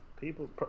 People